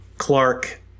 Clark